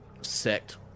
sect